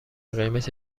قیمت